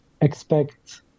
expect